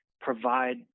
provide